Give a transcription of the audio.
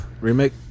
remake